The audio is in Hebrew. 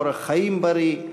אורח חיים בריא,